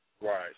right